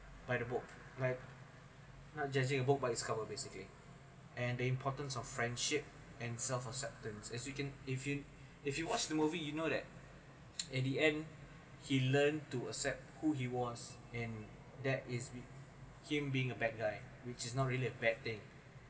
by the book like no judging a book by its cover basically and the importance of friendship and self acceptance as you can if you if you watch the movie you know that in the end he learned to accept who he was in that is him being a bad guy which is not really a bad thing